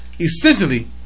Essentially